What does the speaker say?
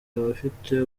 abafite